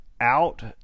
out